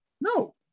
No